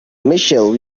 michelle